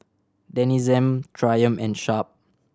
Denizen Triumph and Sharp